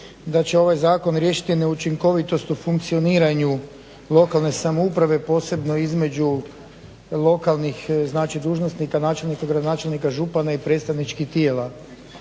da će ovaj zakon riješiti neučinkovitost u funkcioniranju lokalne samouprave posebno između lokalnih znači dužnosnika načelnika, gradonačelnika, župana i predstavničkih tijela.